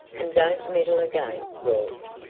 and don't meddle again, rawles.